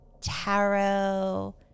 tarot